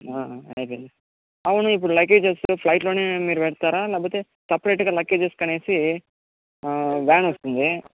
అయిపొయింది అవును ఇప్పుడు లగేజ్ తీస్కుని ఫ్లైట్లోనే మీరు వెళ్తారా లేదా సెపరేట్గా లగేజెస్కి అనేసి వాన్ వస్తుంది